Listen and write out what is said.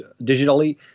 digitally